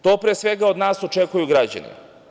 To pre svega od nas očekuju građani.